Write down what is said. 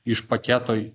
iš paketoj